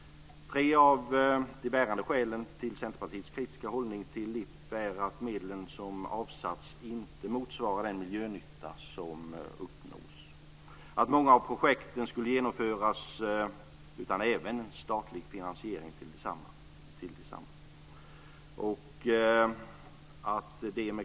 Tre av de bärande skälen till Centerpartiets kritiska hållning till LIP är att medlen som avsatts inte motsvarar den miljönytta som uppnås och att många av projekten ska genomföras utan även statlig finansiering till desamma.